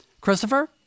Christopher